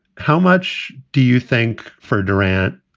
how much do you think for durant?